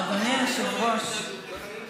ארבע שנים לא ראיתי התנהגות כזאת.